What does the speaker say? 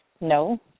No